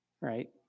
right